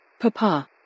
Papa